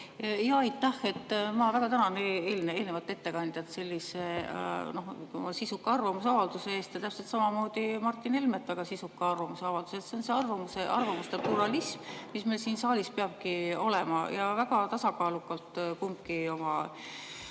Aitäh! Ma väga tänan eelnevat ettekandjat sisuka arvamusavalduse eest ja täpselt samamoodi Martin Helmet väga sisuka arvamusavalduse eest. See on see arvamuste pluralism, mis meil siin saalis peabki olema. Väga tasakaalukalt kumbki oma